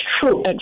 true